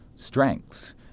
strengths